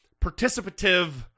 participative